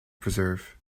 preserve